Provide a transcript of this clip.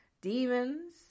demons